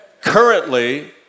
Currently